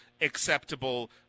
acceptable